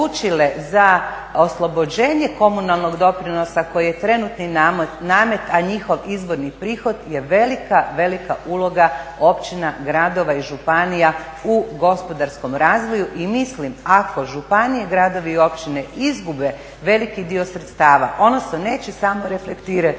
za oslobođenje komunalnog doprinosa koji je trenutni namet, a njihov izborni prihod je velika, velika uloga općina, gradova i županija u gospodarskom razvoju. I mislim ako županije, gradovi i općine izgube veliki dio sredstava ono se neće samo reflektirati